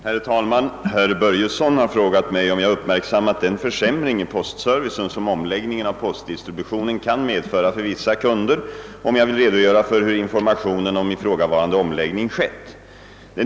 Herr talman! Herr Börjesson i Falköping har frågat mig, om jag uppmärksammat den försämring i postservicen som omläggningen av postdistributionen kan medföra för vissa kunder och om jag vill redogöra för hur informationen om ifrågavarande omläggning skett.